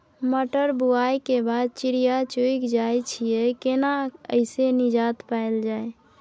मटर बुआई के बाद चिड़िया चुइग जाय छियै केना ऐसे निजात पायल जाय?